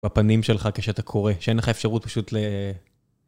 בפנים שלך כשאתה קורא, שאין לך אפשרות פשוט ל...